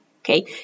Okay